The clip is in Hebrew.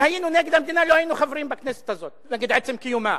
אם היינו נגד המדינה, נגד עצם קיומה,